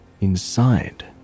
Inside